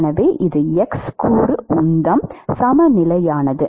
எனவே இது X கூறு உந்தம் சமநிலையானது